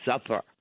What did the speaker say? suffer